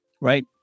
right